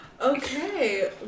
okay